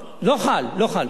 לא חל על פיצויים.